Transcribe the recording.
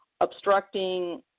obstructing